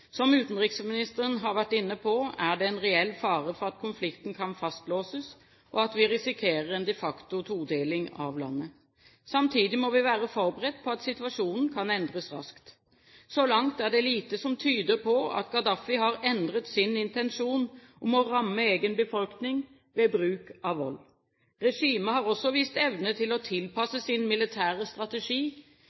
Som utenriksministeren har vært inne på, er det en reell fare for at konflikten kan fastlåses, og at vi risikerer en de facto todeling av landet. Samtidig må vi være forberedt på at situasjonen kan endres raskt. Så langt er det lite som tyder på at Gaddafi har endret sin intensjon om å ramme egen befolkning ved bruk av vold. Regimet har også vist evne til å tilpasse sin militære strategi,